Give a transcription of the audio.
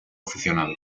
aficionado